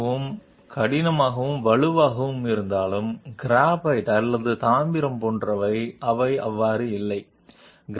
అయితే die material చాలా కఠినమైనది మరియు బలమైనది మొదలైనవి అయినప్పటికీ గ్రాఫైట్ లేదా రాగి అవి అలా కాదు